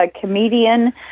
comedian